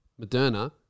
Moderna